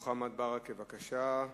מוחמד ברכה, בבקשה.